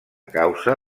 causa